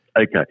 Okay